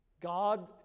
God